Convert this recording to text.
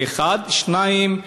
שנית,